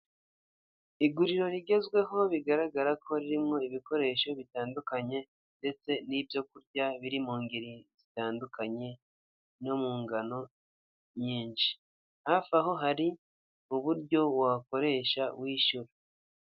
Iguriro rigezweho bigaragara ko ririmo ibikoresho bitandukanye ndetse n'ibyo kurya biri mu ngeri zitandukanye, no mu ngano nyinshi, hafi aho hari uburyo wakoresha wishyura.